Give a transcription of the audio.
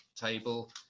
table